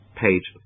page